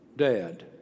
dad